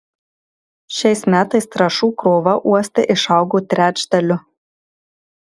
šiais metais trąšų krova uoste išaugo trečdaliu